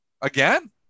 again